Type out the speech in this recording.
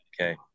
Okay